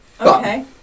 Okay